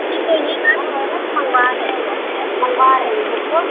ٹھیک ہے یہ آپ کب تک منگوا رہے منگوا رہے ہیں بک کو